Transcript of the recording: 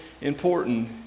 important